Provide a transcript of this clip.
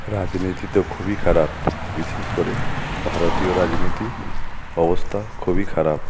রাজনীতি তো খুবই খারাপ বিশেষ করে ভারতীয় রাজনীতি অবস্থা খুবই খারাপ